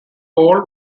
paul